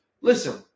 listen